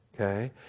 Okay